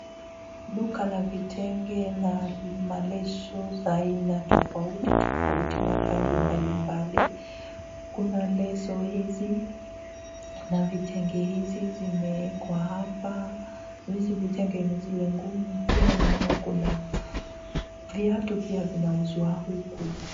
Duka la vitenge na maleso za aina tofauti tofauti na rangi mbalimbali. Kuna leso hizi na vitenge hizi zimeekwa hapa, hizi vitenge ni zile ngumu, tena naona kuna viatu pia vinauzwa huku.